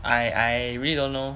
I I really don't know